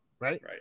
Right